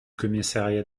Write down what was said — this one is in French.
commissariat